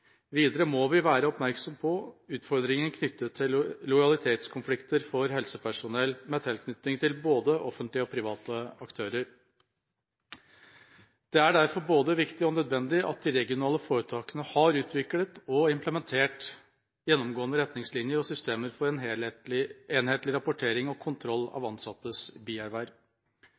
Videre må vi være oppmerksomme på utfordringer knyttet til lojalitetskonflikter for helsepersonell med tilknytning til både offentlige og private aktører. Det er derfor både viktig og nødvendig at de regionale foretakene har utviklet og implementert gjennomgående retningslinjer og systemer for en enhetlig rapportering og kontroll av ansattes